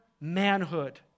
manhood